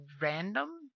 random